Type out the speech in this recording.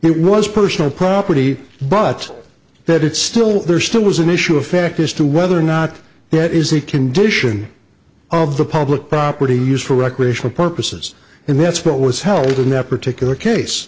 it was personal property but that it's still there still was an issue of fact as to whether or not that is a condition of the public property used for recreational purposes and that's what was held in that particular case